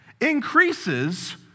increases